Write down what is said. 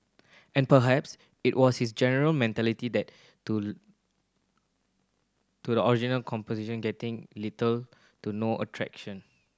and perhaps it was his general mentality that to to the original composition getting little to no a traction